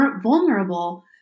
vulnerable